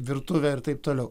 virtuvę ir taip toliau